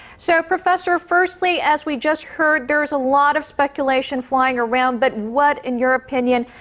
so professor. firstly, as we just heard there's a lot of speculation flying around, but what, in your opinion,